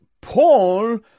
Paul